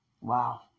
Wow